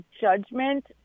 judgment